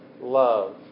love